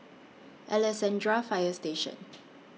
Alexandra Fire Station